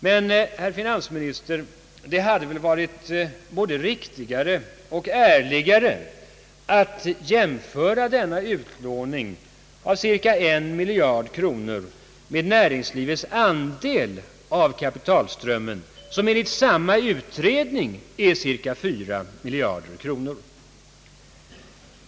Men, herr finansminister, det hade väl varit både riktigare och ärligare att jämföra denna utlåning på cirka en miljard kronor med näringslivets andel av kapitalströmmen, som enligt samma utredning är cirka fyra miljarder kronor.